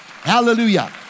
Hallelujah